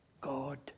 God